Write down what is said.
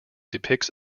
depicts